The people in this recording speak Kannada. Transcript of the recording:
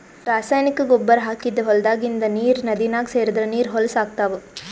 ರಾಸಾಯನಿಕ್ ಗೊಬ್ಬರ್ ಹಾಕಿದ್ದ್ ಹೊಲದಾಗಿಂದ್ ನೀರ್ ನದಿನಾಗ್ ಸೇರದ್ರ್ ನೀರ್ ಹೊಲಸ್ ಆಗ್ತಾವ್